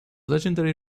legendary